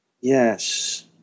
Yes